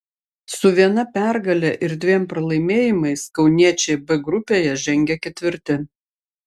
su viena pergale ir dviem pralaimėjimais kauniečiai b grupėje žengia ketvirti